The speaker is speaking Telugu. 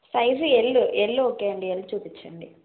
సైజు ఎల్ ఎల్ ఓకే అండి ఎల్ చూపించండి